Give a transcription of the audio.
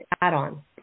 add-on